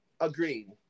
agreed